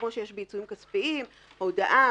כפי שיש בעיצומים כספיים: הודעה,